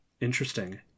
Interesting